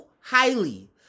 highly